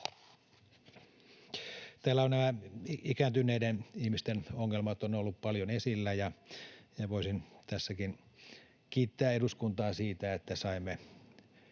Täällä ovat nämä ikääntyneiden ihmisten ongelmat olleet paljon esillä, ja voisin tässäkin kiittää eduskuntaa siitä, että saimme